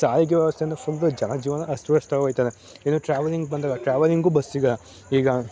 ಸಾರಿಗೆ ವ್ಯವಸ್ಥೆ ಅಂದರೆ ಫುಲ್ ಜನಜೀವನ ಅಸ್ತವ್ಯಸ್ತ ಆಗೋಗ್ತದೆ ಇನ್ನೂ ಟ್ರಾವೆಲಿಂಗ್ ಬಂದಾಗ ಟ್ರಾವೆಲಿಂಗೂ ಬಸ್ ಸಿಗೋಲ್ಲ ಈಗ